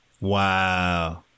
Wow